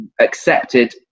accepted